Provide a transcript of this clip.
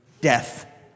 death